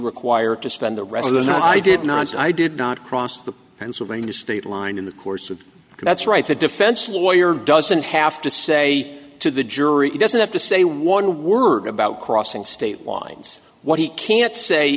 required to spend the rest of the night i did not i did not cross the pennsylvania state line in the course of that's right the defense lawyer doesn't have to say to the jury he doesn't have to say one word about crossing state lines what he can't say